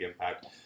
impact